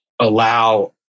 allow